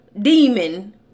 demon